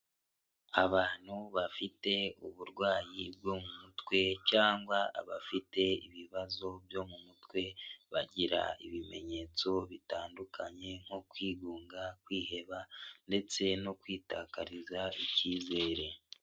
Abantu bafite uburwayi bwo mu mutwe cyangwa abafite ibibazo byo mu mutwe bagira ibimenyetso bitandukanye nko kwigunga, kwiheba, ndetse no kwitakariza icyizere